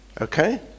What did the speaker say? Okay